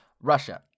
Russia